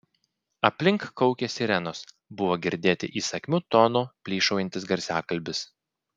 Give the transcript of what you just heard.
aplink kaukė sirenos buvo girdėti įsakmiu tonu plyšaujantis garsiakalbis